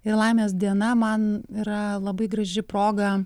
ir laimės diena man yra labai graži proga